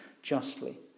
justly